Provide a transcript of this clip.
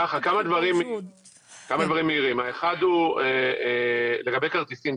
כמה דברים מהירים, האחד הוא, לגבי כרטיסים.